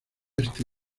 este